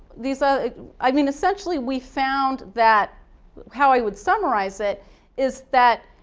these, ah i mean essentially, we found that how i would summarize it is that